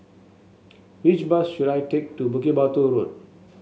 which bus should I take to Bukit Batok Road